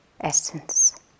essence